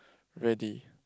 ready